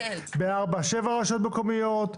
ב-5 יש שבע רשויות מקומיות,